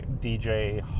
DJ